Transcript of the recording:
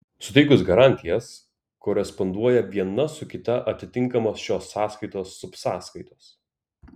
suteikus garantijas koresponduoja viena su kita atitinkamos šios sąskaitos subsąskaitos